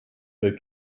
ihr